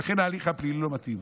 ולכן ההליך הפלילי לא מתאים.